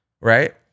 right